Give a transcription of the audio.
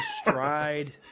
stride